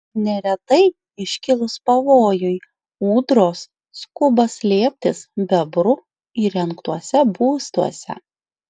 neretai iškilus pavojui ūdros skuba slėptis bebrų įrengtuose būstuose